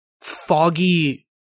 foggy